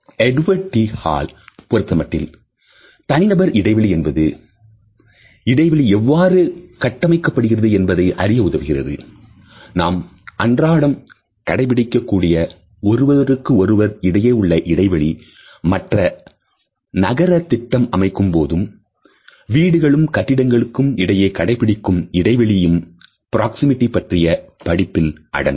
Edward T Hall பொருத்தமட்டில் தனிநபர் இடைவெளி என்பது இடைவெளி எவ்வாறு கட்டமைக்கப்படுகிறது என்பதை அறிய உதவுகிறது நாம் அன்றாடம் கடைபிடிக்க கூடிய ஒருவருக்கொருவர் இடையே உள்ள இடைவெளி மற்றும் நகரத் திட்டம் அமைக்கும்போது வீடுகளுக்கும் கட்டிடங்களுக்கு இடையே கடைபிடிக்கும் இடைவெளியும் பிராக்சேமிக்ஸ் பற்றிய படிப்பில் அடங்கும்